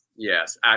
Yes